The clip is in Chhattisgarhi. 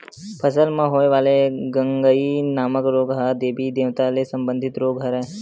फसल म होय वाले गंगई नामक रोग ह देबी देवता ले संबंधित रोग हरय